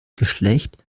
geschlecht